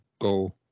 go